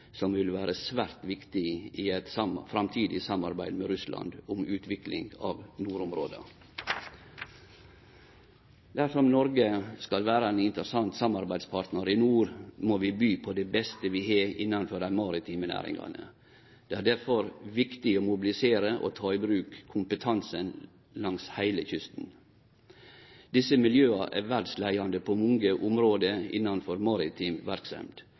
som vil vere svært viktig i eit framtidig samarbeid med Russland om utvikling av nordområda. Dersom Noreg skal vere ein interessant samarbeidspartnar i nord, må vi by på det beste vi har innanfor dei maritime næringane. Det er derfor viktig å mobilisere og ta i bruk kompetansen langs heile kysten. Desse miljøa er verdsleiande på mange område innanfor maritim verksemd.